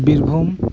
Birbhum